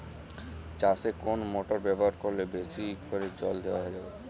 চাষে কোন মোটর ব্যবহার করলে বেশী করে জল দেওয়া যাবে?